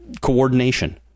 coordination